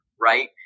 Right